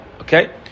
Okay